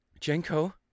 Jenko